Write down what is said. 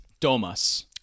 domas